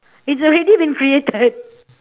it's already been created